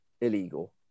illegal